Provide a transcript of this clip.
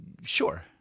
Sure